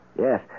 Yes